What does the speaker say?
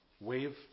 wave